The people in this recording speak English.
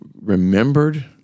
remembered